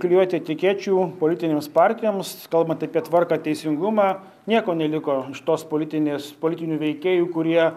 klijuoti etikečių politinėms partijoms kalbant apie tvarką teisingumą nieko neliko iš tos politinės politinių veikėjų kurie